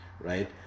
right